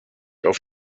auf